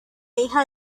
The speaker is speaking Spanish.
hija